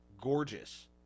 Gorgeous